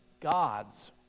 God's